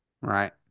right